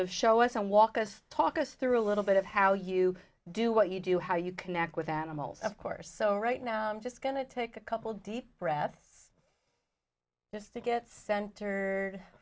of show us and walk us talk us through a little bit of how you do what you do how you connect with animals of course so right now i'm just going to take a couple deep breath just to get centered